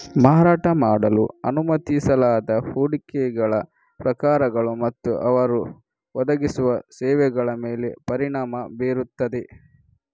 ಮಾರಾಟ ಮಾಡಲು ಅನುಮತಿಸಲಾದ ಹೂಡಿಕೆಗಳ ಪ್ರಕಾರಗಳು ಮತ್ತು ಅವರು ಒದಗಿಸುವ ಸೇವೆಗಳ ಮೇಲೆ ಪರಿಣಾಮ ಬೀರುತ್ತದೆ